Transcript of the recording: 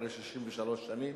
אחרי 63 שנים,